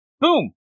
boom